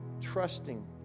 trusting